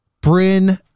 Bryn